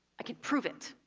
i can prove it!